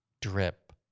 drip